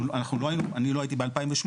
אני לא הייתי ב-2008,